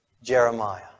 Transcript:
Jeremiah